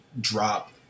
drop